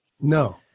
No